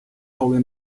holy